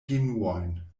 genuojn